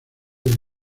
del